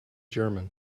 german